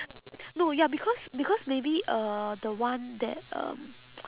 no ya because because maybe uh the one that um